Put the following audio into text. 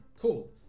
Cool